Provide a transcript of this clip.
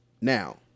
Now